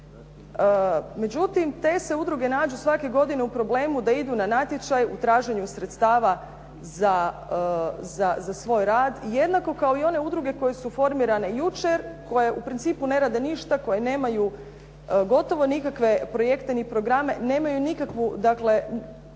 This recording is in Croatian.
međutim, te se udruge nađu svake godine u problemu da idu na natječaj u traženju sredstava za svoj rad jednako kao i one udruge koje su formirane jučer koje u principu ne rade ništa, koje nemaju gotovo nikakve projekte ni programe, nemaju nikakvu